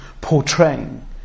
portraying